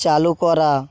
চালু করা